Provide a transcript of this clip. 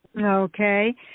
Okay